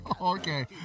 Okay